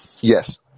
Yes